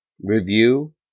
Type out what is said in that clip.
review